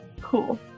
Cool